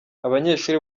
abanyeshuri